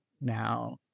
now